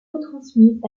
retransmise